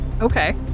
okay